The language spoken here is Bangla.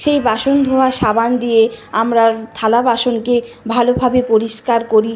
সেই বাসন ধোওয়ার সাবান দিয়ে আমরা থালা বাসনকে ভালোভাবে পরিষ্কার করি